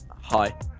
hi